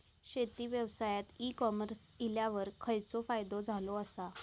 शेती व्यवसायात e-commerce इल्यावर खयचो फायदो झालो आसा?